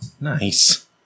Nice